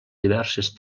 diverses